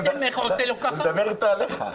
אני מדבר איתו עליך.